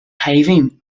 shaidhbhín